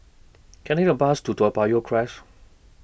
Can I Take A Bus to Toa Payoh Crest